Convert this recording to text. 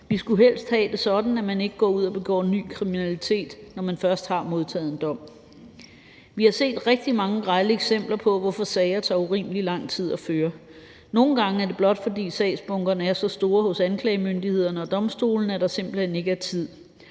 Vi skulle helst have det sådan, at man ikke går ud og begår ny kriminalitet, når man først har modtaget en dom. Vi har set rigtig mange grelle eksempler på, hvorfor sager tager urimelig lang tid at føre. Nogle gange er det blot, fordi sagsbunkerne er så store hos anklagemyndighederne og domstolene, at der simpelt hen ikke er tid.